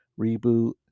reboot